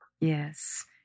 Yes